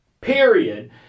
period